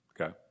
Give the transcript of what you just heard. okay